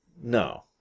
No